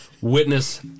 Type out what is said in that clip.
witness